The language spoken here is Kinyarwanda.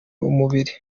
umubiri